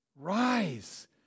Rise